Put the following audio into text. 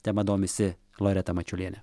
tema domisi loreta mačiulienė